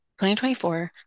2024